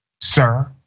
sir